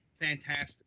fantastic